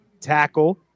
tackle